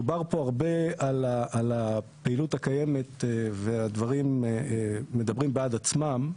דובר פה הרבה על הפעילות הקיימת והדברים מדברים בעד עצמם,